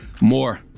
more